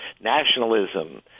nationalism